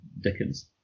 Dickens